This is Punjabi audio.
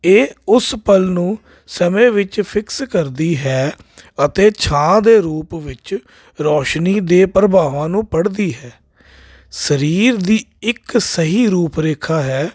ਇਹ ਉਸ ਪਲ ਨੂੰ ਸਮੇਂ ਵਿੱਚ ਫਿਕਸ ਕਰਦੀ ਹੈ ਅਤੇ ਛਾਂ ਦੇ ਰੂਪ ਵਿੱਚ ਰੌਸ਼ਨੀ ਦੇ ਪ੍ਰਭਾਵਾਂ ਨੂੰ ਪੜ੍ਹਦੀ ਹੈ ਸਰੀਰ ਦੀ ਇੱਕ ਸਹੀ ਰੂਪ ਰੇਖਾ ਹੈ